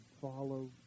follow